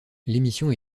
l’émission